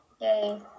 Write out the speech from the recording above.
yay